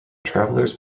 travelers